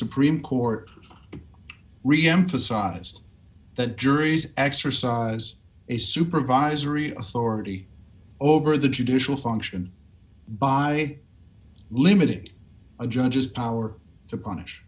supreme court reemphasized that juries exercise a supervisory authority over the judicial function by limited a judge's power to punish